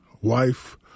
wife